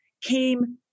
came